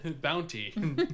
Bounty